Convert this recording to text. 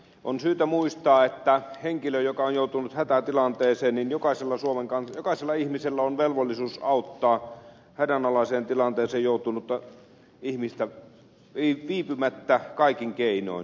on syytä muistaa että henkilöä joka on joutunut hätätilanteeseen jokaisella ihmisellä on velvollisuus auttaa hädänalaiseen tilanteeseen joutunutta ihmistä yritti viipymättä kaikin keinoin